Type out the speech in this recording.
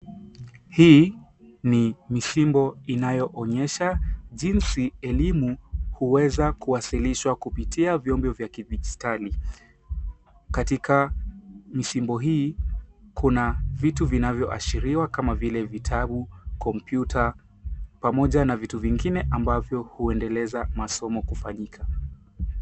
Hii ni misimbo inayoonyesha jinsi elimu huweza kuasilishwa kupitia viumbe vya kibistani katika misimbo hii kuna vitu vinavyoashiria kama vile vitabu, kompyuta pamoja na vitu vingine ambavyo huendeleza masomo kufanyika.